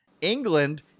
England